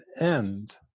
end